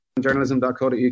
journalism.co.uk